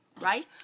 right